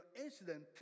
incident